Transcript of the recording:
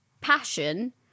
passion